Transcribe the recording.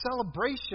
celebration